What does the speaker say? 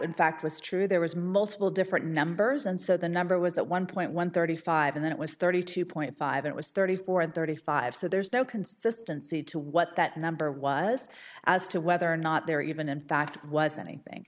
in fact was true there was multiple different numbers and so the number was at one point one thirty five and then it was thirty two point five it was thirty four and thirty five so there's no consistency to what that number was as to whether or not there even in fact was anything